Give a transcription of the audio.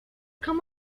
come